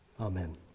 amen